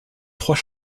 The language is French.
trois